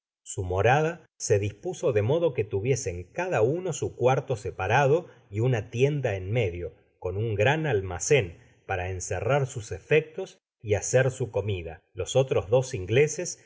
su morada se dispuso de modo que tuviesen cada uno su cuarto separado y una tienda en medio con un grande almacen para encerrar sus efectos y hacer su comida los otros dos ingleses